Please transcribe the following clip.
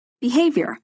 Behavior